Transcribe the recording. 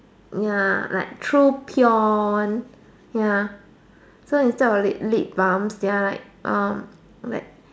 ya like true pure one ya so instead of lip lip balm they're like um like